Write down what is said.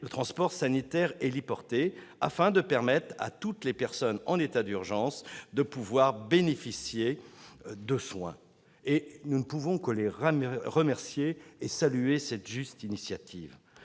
le transport sanitaire héliporté, afin de permettre à toutes les personnes en état d'urgence de bénéficier de soins. Nous ne pouvons que les remercier de cette juste initiative,